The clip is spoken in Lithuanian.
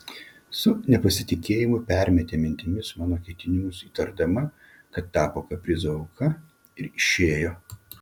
su nepasitikėjimu permetė mintimis mano ketinimus įtardama kad tapo kaprizo auka ir išėjo